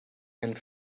and